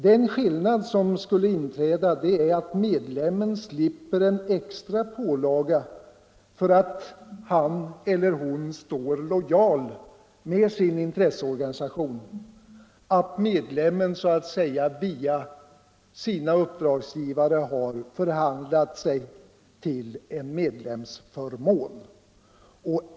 Den skillnad som skulle inträda är att medlemmen slipper en extra pålaga för att han eller hon står lojal med sin intresseorganisation, att medlemmen så att säga via sina uppdragsgivare har förhandlat sig till en medlemsförmån.